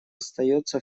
остается